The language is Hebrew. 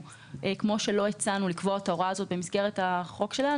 כמו שלא הצענו לקבוע את ההוראה הזאת במסגרת החוק שלנו,